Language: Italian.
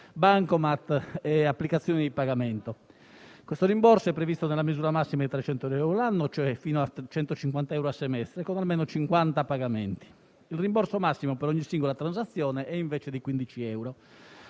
bancomat e applicazioni di pagamento. Il rimborso è previsto nella misura massima di 300 euro l'anno, ossia fino a 150 euro a semestre, a fronte di almeno 50 pagamenti. Il rimborso massimo per ogni singola transazione è invece di 15 euro.